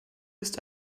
ist